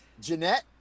Jeanette